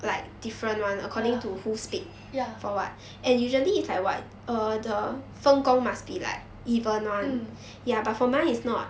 ya ya mm